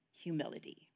humility